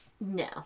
No